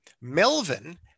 Melvin